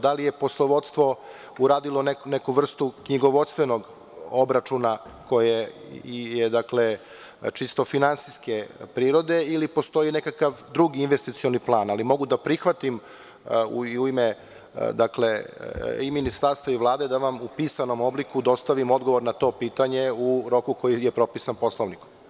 Da li je poslovodstvo uradilo neku vrstu knjigovodstvenog obračuna koje je čisto finansijske prirode ili postoji nekakav drugi investicioni plan, ali mogu da prihvatim u ime i ministarstva i Vlade da vam u pisanom obliku dostavim odgovor na to pitanje u roku koji je propisan Poslovnikom.